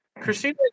Christina